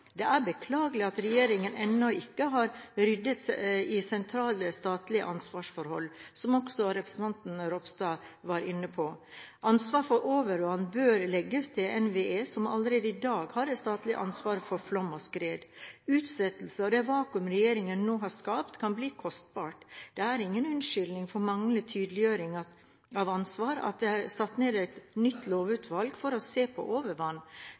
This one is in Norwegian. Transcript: Det er beklagelig at regjeringen ennå ikke har ryddet i sentrale statlige ansvarsforhold, som representanten Ropstad også var inne på. Ansvaret for overvann bør legges til NVE, som allerede i dag har det statlige ansvaret for flom og skred. Utsettelsene og det vakuumet regjeringen nå har skapt, kan bli kostbart. Det er ingen unnskyldning for manglende tydeliggjøring av ansvar at det er satt ned et nytt lovutvalg for å se på overvann.